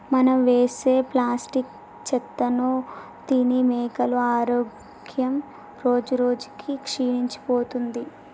మనం వేసే ప్లాస్టిక్ చెత్తను తిని మేకల ఆరోగ్యం రోజురోజుకి క్షీణించిపోతుంది